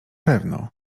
pewno